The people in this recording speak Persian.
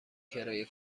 کرایه